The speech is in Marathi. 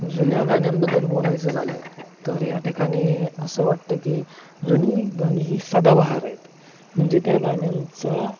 जुन्या गाण्यांबद्दल बोलायचं झालं तर या ठिकाणी असं वाटतं की जुनी गाणी ही सदाबहार आहेत म्हणजे त्या गाण्यांचा